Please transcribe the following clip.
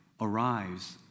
arrives